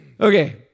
Okay